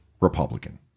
Republican